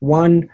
one